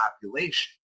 population